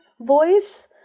voice